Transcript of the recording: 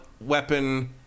weapon